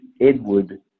Edward